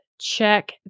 check